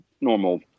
normal